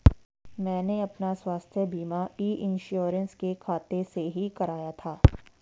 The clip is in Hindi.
मैंने अपना स्वास्थ्य बीमा ई इन्श्योरेन्स के खाते से ही कराया था